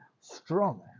Strong